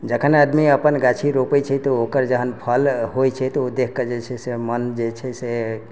जखन आदमी अपन गाछी रोपैत छै तऽ ओकर जहन फल होइत छै तऽ ओ देखिके जे छै से मन जे छै से